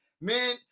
man